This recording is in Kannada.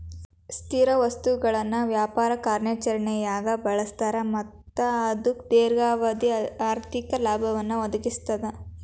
ಸ್ಥಿರ ಸ್ವತ್ತುಗಳನ್ನ ವ್ಯಾಪಾರ ಕಾರ್ಯಾಚರಣ್ಯಾಗ್ ಬಳಸ್ತಾರ ಮತ್ತ ಅದು ದೇರ್ಘಾವಧಿ ಆರ್ಥಿಕ ಲಾಭವನ್ನ ಒದಗಿಸ್ತದ